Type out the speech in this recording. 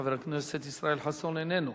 חבר הכנסת ישראל חסון, איננו.